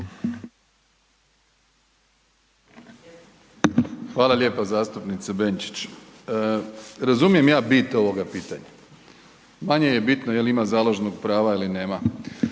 Hvala lijepa zastupnice Benčić. Razumijem ja bit ovoga pitanja, manje je bitno je li ima založnog prava ili nema.